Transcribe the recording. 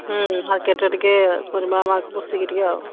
ହୁଁ ମାର୍କେଟରେ ଟିକେ ପରିବା ମାକ ବସିକି ଟିକେ ଆଉ